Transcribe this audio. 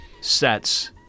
sets